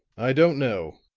i don't know,